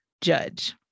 judge